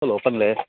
hello ಪನ್ಲೆ